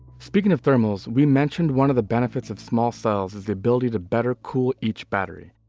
speaking of thermals, we mentioned one of the benefits of small cells is the ability to better cool each battery.